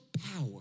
power